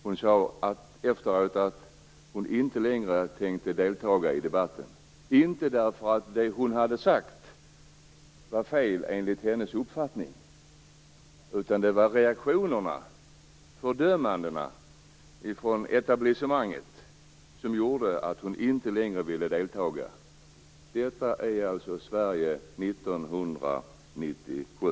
Hon sade efteråt att hon inte längre tänkte delta i debatten - inte för att det hon hade sagt var fel enligt hennes uppfattning, utan det var reaktionerna, fördömandena från etablissemanget, som gjorde att hon inte längre ville delta. Detta är alltså Sverige 1997!